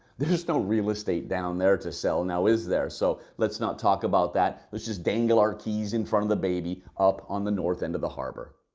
there's no real estate down there to sell, now is there? so let's not talk about that. let's just dangle our keys in front of the baby up on the north end of the harbour.